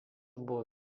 buvo